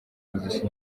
muziki